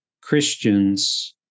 Christians